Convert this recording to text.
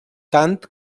tant